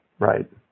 Right